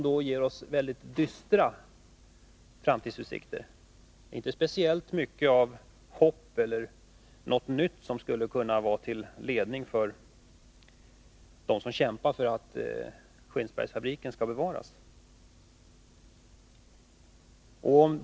Det är dystra framtidsutsikter och ger inte speciellt hopp åt dem som kämpar för att fabriken i Skinnskatteberg skall bevaras.